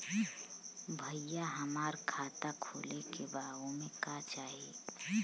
भईया हमार खाता खोले के बा ओमे का चाही?